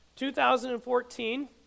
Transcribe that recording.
2014